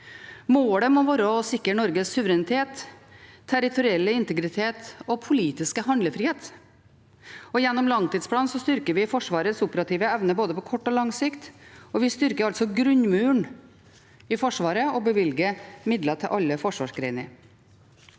Målet må være å sikre Norges suverenitet, territorielle integritet og politiske handlefrihet. Gjennom langtidsplanen styrker vi Forsvarets operative evne både på kort og på lang sikt, og vi styrker altså grunnmuren i Forsvaret og bevilger midler til alle forsvarsgrener.